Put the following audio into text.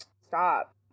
Stop